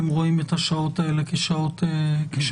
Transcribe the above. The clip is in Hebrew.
הם רואים את השעות האלה כשעות קריטיות.